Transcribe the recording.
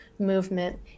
movement